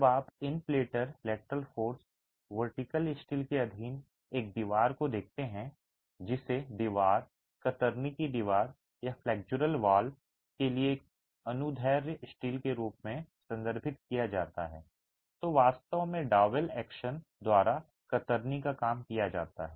जब आप इन प्लेटर लेटरल फोर्स वर्टिकल स्टील के अधीन एक दीवार को देखते हैं जिसे दीवार कतरनी की दीवार या फ्लेक्सुरल वॉल के लिए एक अनुदैर्ध्य स्टील के रूप में संदर्भित किया जाता है तो वास्तव में डॉवेल एक्शन द्वारा कतरनी का काम किया जाता है